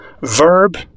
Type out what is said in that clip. Verb